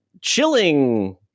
Chilling